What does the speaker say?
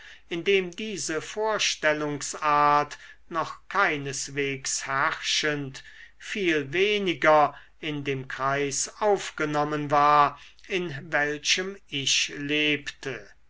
indem diese vorstellungsart noch keineswegs herrschend viel weniger in dem kreis aufgenommen war in welchem ich lebte